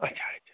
اچھا اچھا